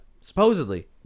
supposedly